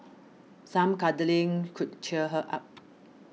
some cuddling could cheer her up